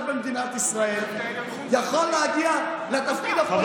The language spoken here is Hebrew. במדינת ישראל יכול להגיע לתפקיד הפוליטי,